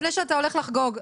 לפני שאתה הולך לחגוג,